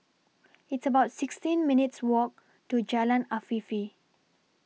It's about sixteen minutes' Walk to Jalan Afifi